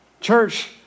Church